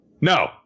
No